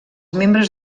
membres